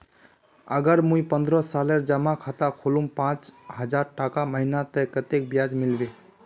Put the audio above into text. अगर मुई पन्द्रोह सालेर जमा खाता खोलूम पाँच हजारटका महीना ते कतेक ब्याज मिलबे?